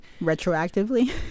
retroactively